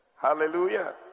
hallelujah